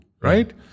right